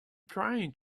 trying